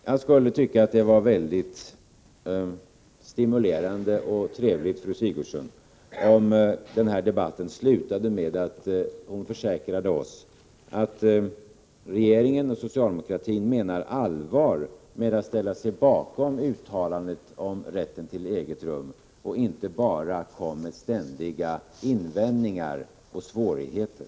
Jag skulle tycka att det vore mycket stimulerande och trevligt, om den här debatten slutade med att fru Sigurdsen försäkrade oss att regeringen och socialdemokratin menade allvar med att ställa sig bakom uttalandet om rätten till eget rum och inte bara kom med ständiga invändningar och svårigheter.